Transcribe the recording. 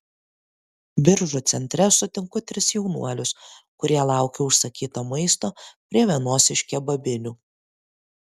biržų centre sutinku tris jaunuolius kurie laukia užsakyto maisto prie vienos iš kebabinių